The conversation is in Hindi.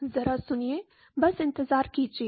जरा सुनिए बस इंतजार कीजिए